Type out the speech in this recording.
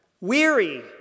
weary